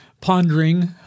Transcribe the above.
pondering